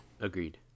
Agreed